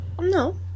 No